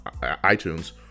iTunes